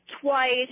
twice